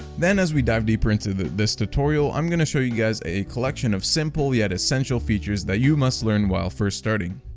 then as we dive deeper into this tutorial i'm going to show you guys a collection of simple yet essential features that you must learn while first starting.